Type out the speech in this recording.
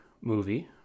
movie